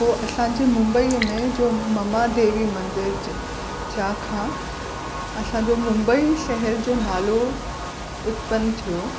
उहो असांजी मुंबईअ में जो ममा देवी मंदिर छा खां असांजो मुंबई शहर जो नालो उत्पन थियो